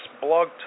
blog